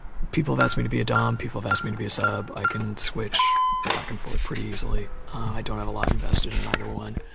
people have asked me to be a dom. people have asked me to be a sub. i can switch back and forth pretty easily. i don't have a lot invested in either one.